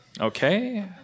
Okay